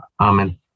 Amen